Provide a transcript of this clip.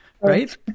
right